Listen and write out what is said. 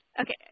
Okay